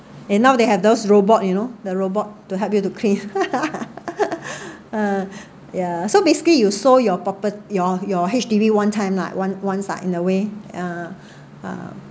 and now they have those robot you know the robot to help you to clean ya so basically you sold your proper~ your your H_D_B one time lah one one times in a way ya um